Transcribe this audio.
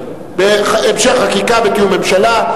המשך חקיקה בתיאום עם הממשלה.